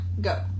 Go